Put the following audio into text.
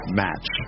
match